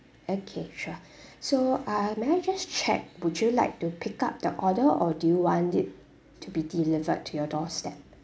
okay sure so I may I just check would you like to pick up the order or do you want it to be delivered to your doorstep